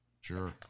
Sure